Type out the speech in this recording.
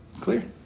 Clear